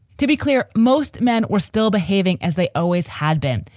to be clear, most men are still behaving as they always had been.